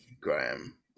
Graham